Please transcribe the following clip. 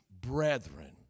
brethren